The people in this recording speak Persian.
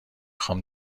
خوام